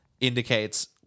indicates